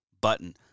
button